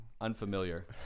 Unfamiliar